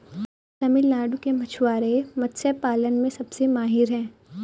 तमिलनाडु के मछुआरे मत्स्य पालन में सबसे माहिर हैं